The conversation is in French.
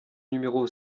numéro